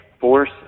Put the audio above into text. force